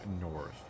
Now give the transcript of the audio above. north